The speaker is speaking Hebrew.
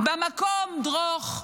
במקום דרוך,